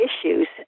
issues